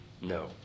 no